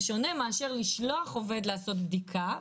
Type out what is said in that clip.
זה שונה מאשר לשלוח עובד לעשות בדיקה,